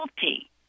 guilty